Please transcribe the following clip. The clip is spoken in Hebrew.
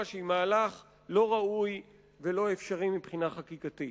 שהיא מהלך לא ראוי ולא אפשרי מבחינה חקיקתית.